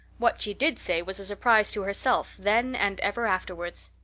what she did say was a surprise to herself then and ever afterwards.